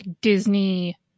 Disney